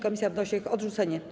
Komisja wnosi o ich odrzucenie.